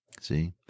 See